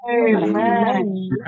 Amen